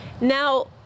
Now